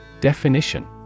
Definition